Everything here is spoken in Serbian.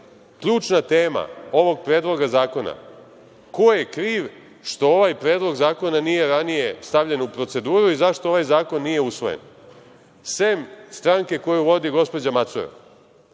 ključna tema ovog predloga zakona, ko je kriv što ovaj predlog zakona nije ranije stavljen u proceduru i zašto ovaj zakon nije usvojen, sem stranke koju vodi gospođa Macura. Ovde